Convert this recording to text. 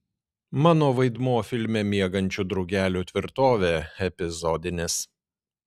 mano vaidmuo filme miegančių drugelių tvirtovė epizodinis